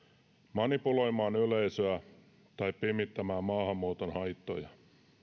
manipuloimaan yleisöä tai pimittämään maahanmuuton haittoja